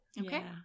Okay